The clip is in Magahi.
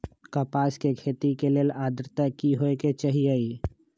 कपास के खेती के लेल अद्रता की होए के चहिऐई?